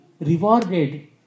rewarded